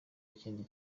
ikindi